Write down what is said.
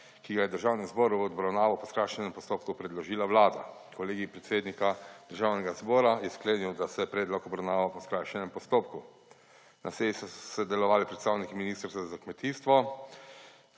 ki ga je Državnemu zboru v obravnavo po skrajšanem postopku predložila Vlada. Kolegij predsednika Državnega zbora je sklenil, da se predlog obravnava po skrajšanem postopku. Na seji so sodelovali predstavniki Ministrstva za kmetijstvo,